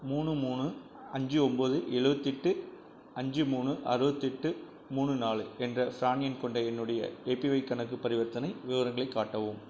மூணு மூணு அஞ்சு ஒம்போது எழுபத்தி எட்டு அஞ்சு மூணு அறுபத்தி எட்டு மூணு நாலு என்ற ஷாமி எண் கொண்ட என்னுடைய ஏபிஒய் கணக்கு பரிவர்த்தனை விவரங்களை காட்டவும்